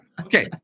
Okay